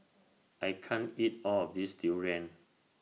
I can't eat All of This Durian